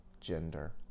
gender